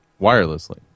Wirelessly